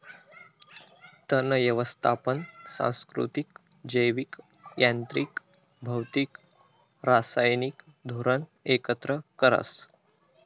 तण यवस्थापन सांस्कृतिक, जैविक, यांत्रिक, भौतिक, रासायनिक धोरण एकत्र करस